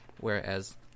whereas